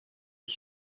was